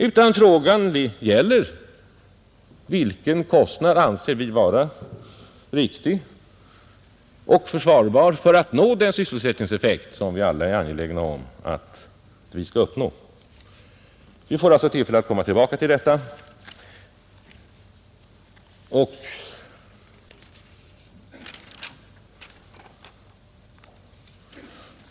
Frågan gäller i stället vilken kostnad vi anser vara riktig och försvarbar för att nå den sysselsättningseffekt som vi alla är angelägna om att uppnå. Vi får som sagt tillfälle att komma tillbaka till de frågorna.